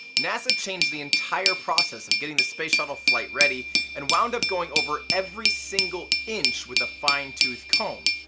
nasa changed the entire process of getting the space shuttle flight ready and wound up going over every single inch with a fine tooth comb.